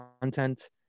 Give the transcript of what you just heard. content